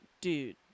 dude